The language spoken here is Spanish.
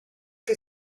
que